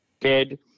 dead